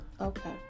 Okay